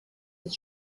des